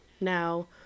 Now